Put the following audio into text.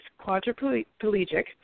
quadriplegic